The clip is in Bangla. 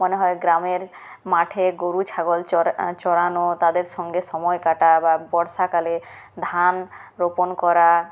মনে হয় গ্রামের মাঠে গরু ছাগল চড় চড়ানো তাদের সঙ্গে সময় কাটা বা বর্ষাকালের ধান রোপন করা